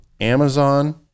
Amazon